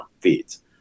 feeds